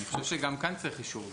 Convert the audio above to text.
אני חושב שגם כאן צריך אישור ועדה.